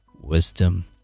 wisdom